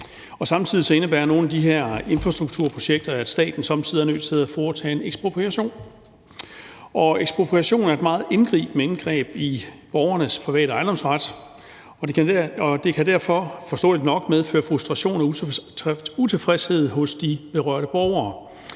samtidig indebærer nogle af de her infrastrukturprojekter, at staten somme tider er nødt til at foretage en ekspropriation. Ekspropriation er et meget indgribende indgreb i borgernes private ejendomsret, og det kan derfor forståeligt nok medføre frustration og utilfredshed hos de berørte borgere,